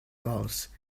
calls